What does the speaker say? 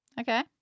Okay